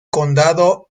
condado